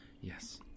Yes